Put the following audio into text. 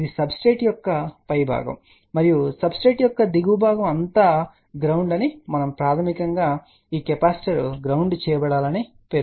ఇది సబ్స్ట్రేట్ యొక్క పై భాగం మరియు సబ్స్ట్రేట్ యొక్క దిగువ భాగం అంతా గ్రౌండ్ అని మరియు ప్రాథమికంగా ఈ కెపాసిటర్ గ్రౌండింగ్ చేయబడాలని పేర్కొనండి